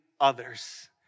others